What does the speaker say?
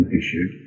issue